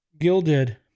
gilded